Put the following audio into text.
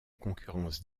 concurrence